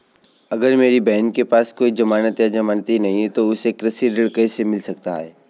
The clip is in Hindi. अगर मेरी बहन के पास कोई जमानत या जमानती नहीं है तो उसे कृषि ऋण कैसे मिल सकता है?